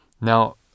Now